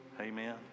Amen